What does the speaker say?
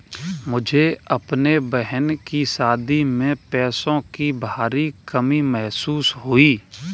मुझे अपने बहन की शादी में पैसों की भारी कमी महसूस हुई